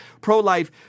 pro-life